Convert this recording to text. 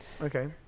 Okay